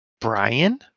Brian